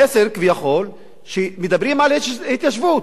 המסר כביכול הוא שמדברים על התיישבות,